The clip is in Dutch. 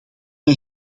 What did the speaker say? mij